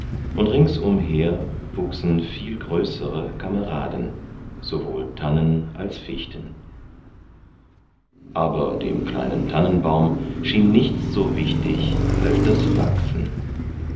und ringsumher wuchsen viel größere kameraden sowohl tannen als fichten aber dem kleinen tannenbaum schien nichts so wichtig als das wachsen